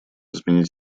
изменить